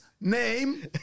name